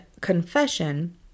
confession